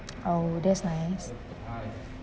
oh that's nice